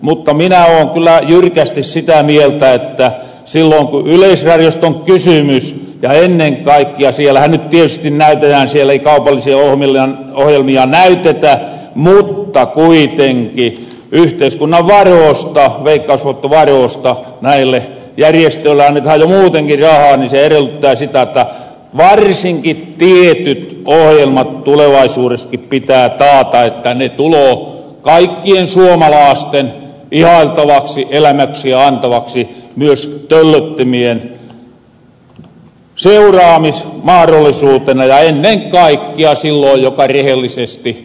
mutta minä oon kyllä jyrkästi sitä mieltä että silloon kun yleisrariost on kysymys ja ennen kaikkia siellähän nyt tietysti näytetään siel ei kaupallisia ohjelmia näytetä mutta kuitenkin yhteiskunnan varoosta veik kausvoittovaroosta näille järjestöille annetahan jo muutenkin rahaa niin että se erellyttää sitä että varsinkin tietyt ohjelmat tulevaisuureski pitää taata että ne tuloo kaikkien suomalaasten ihailtaviksi elämyksiä antaviksi myös töllöttimien seuraamismahrollisuutena ja ennen kaikkia niille jokka rehellisesti luvan maksaa